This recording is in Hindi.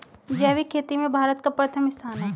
जैविक खेती में भारत का प्रथम स्थान है